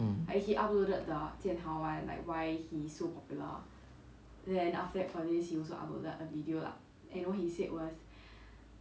mm